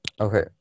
okay